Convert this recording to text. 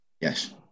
Yes